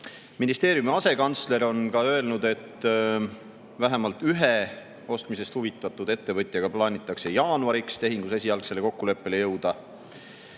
Ministeeriumi asekantsler on öelnud, et vähemalt ühe ostmisest huvitatud ettevõtjaga plaanitakse jaanuariks tehingus esialgsele kokkuleppele jõuda.